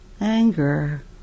anger